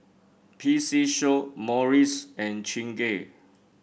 P C Show Morries and Chingay